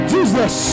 Jesus